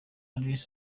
idris